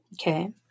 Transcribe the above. Okay